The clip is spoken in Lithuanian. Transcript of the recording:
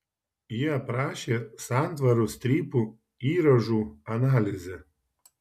ji aprašė santvarų strypų įrąžų analizę